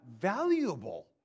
valuable